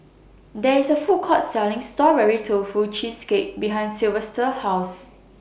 There IS A Food Court Selling Strawberry Tofu Cheesecake behind Silvester's House